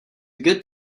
good